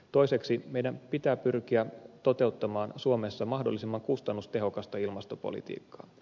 toiseksi meidän pitää pyrkiä toteuttamaan suomessa mahdollisimman kustannustehokasta ilmastopolitiikkaa